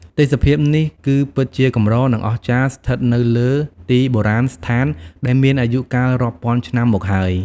ទេសភាពនេះ គឺពិតជាកម្រ និងអស្ចារ្យស្ថិតនៅលើទីបុរាណស្ថានដែលមានអាយុកាលរាប់ពាន់ឆ្នាំមកហើយ។